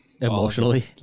emotionally